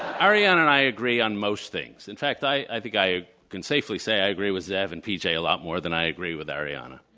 arianna and i agree on most things. in fact, i i think i can safely say i agree with zev and p. j. a lot more than i agree with arianna.